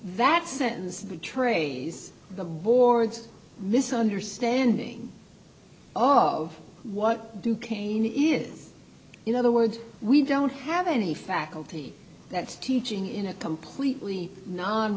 that sense betrays the board's misunderstanding oh what duquesne is in other words we don't have any faculty that's teaching in a completely non